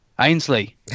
Ainsley